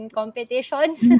competitions